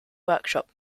workshop